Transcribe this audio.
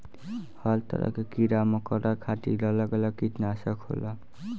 हर तरह के कीड़ा मकौड़ा खातिर अलग अलग किटनासक होला